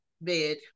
bed